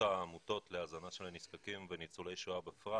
העמותות להזנה של הנזקקים וניצולי השואה בפרט.